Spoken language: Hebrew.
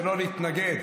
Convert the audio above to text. ולא להתנגד